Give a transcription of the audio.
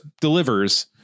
delivers